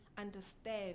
understand